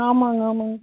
ஆமாங்க ஆமாங்க